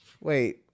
Wait